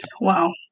wow